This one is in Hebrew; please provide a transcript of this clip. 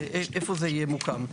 איפה זה ימוקם.